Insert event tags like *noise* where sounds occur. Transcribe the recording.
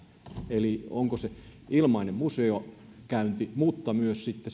eli ilmainen museokäynti mutta ovat tärkeitä myös sitten *unintelligible*